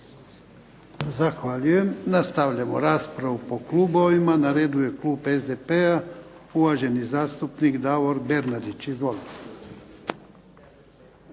Zahvaljujem. Nastavljamo raspravu po klubovima. Na redu je klub SDP-a, uvaženi zastupnik Davor Bernardić. Izvolite.